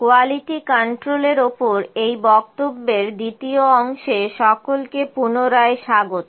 quality control এর উপর এই বক্তব্যের দ্বিতীয় অংশে সকলকে পুনরায় স্বাগত